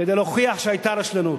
כדי להוכיח שהיתה רשלנות.